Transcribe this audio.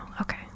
okay